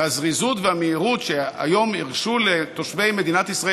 הזריזות והמהירות שהיום הרשו לתושבי מדינת ישראל